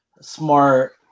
smart